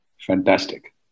Fantastic